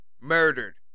murdered